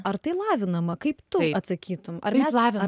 ar tai lavinama kaip tu atsakytum